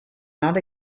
not